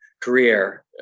career